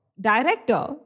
director